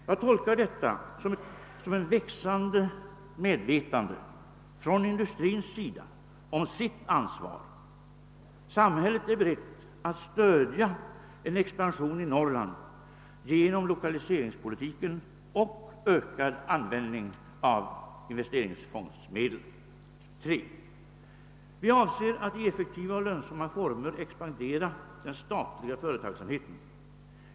Jag tolkar detta som ett växande medvetande från industrins sida om sitt ansvar. Samhället är berett alt stödja en expansion i Norrland genom lokaliseringspolitiken och ökad användning av investeringsfondsmedel. 3. Vi avser att i effektiva och lönsamma former expandera den statliga företagsamheten.